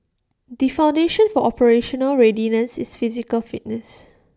the foundation for operational readiness is physical fitness